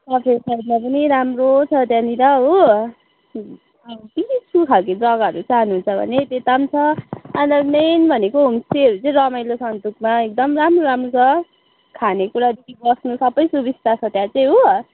कफेर साइटमा पनि राम्रो छ त्यहाँनिर हो पिसफुल खालको जग्गाहरू चाहनुहुन्छ भने त्यता पनि छ अन्त मेन भनेको होमस्टेहरू चाहिँ रमाइलो सन्तुकमा एकदम राम्रो राम्रो छ खाने कुरादेखि बस्नु सबै सुविस्ता छ त्यहाँ चाहिँ हो